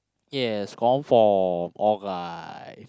yes confirm all guy